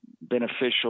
beneficial